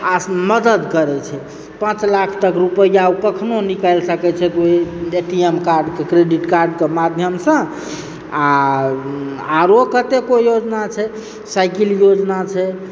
आस मदद करैत छै पाँच लाख तक रुपैआ ओ कखनो निकलि सकैत छथि ओ A T M card credit कार्डके माध्यमसँ आ आओरो कतेको योजना छै साइकिल योजना छै